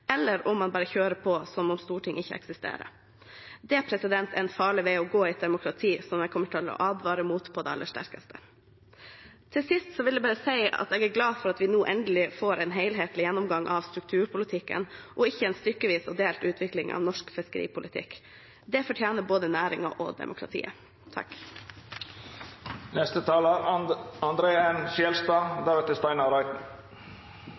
eller om han bare kjører på som om Stortinget ikke eksisterer. Det er en farlig vei å gå i et demokrati – som jeg vil advare mot på det aller sterkeste. Til sist vil jeg bare si at jeg er glad for at vi nå endelig får en helhetlig gjennomgang av strukturpolitikken og ikke en stykkevis og delt utvikling av norsk fiskeripolitikk. Det fortjener både næringen og demokratiet.